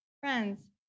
friends